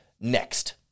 next